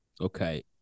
Okay